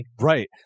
right